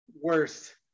worst